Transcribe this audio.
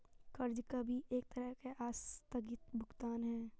कर्ज भी एक तरह का आस्थगित भुगतान है